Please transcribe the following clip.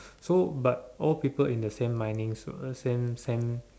so but all people in the same mining's uh same same